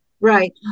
Right